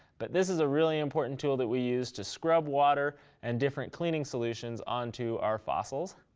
but this is a really important tool that we use to scrub water and different cleaning solutions onto our fossils.